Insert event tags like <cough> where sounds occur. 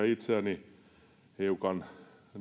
<unintelligible> itseäni hiukan